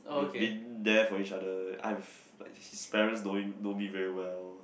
we've been there for each other I've his parents knowing know me very well